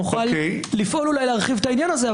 נוכל לפעול אולי להרחיב את העניין הזה.